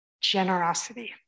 generosity